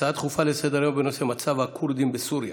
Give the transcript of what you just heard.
הצעות דחופות לסדר-היום בנושא: מצב הכורדים בסוריה,